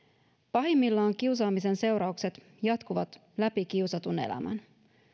pahimmillaan kiusaamisen seuraukset jatkuvat läpi kiusatun elämän